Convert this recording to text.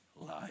life